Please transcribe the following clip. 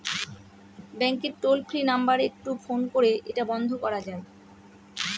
ব্যাংকের toll free number একটু phone করে এটা বন্ধ করা যায়?